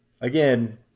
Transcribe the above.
Again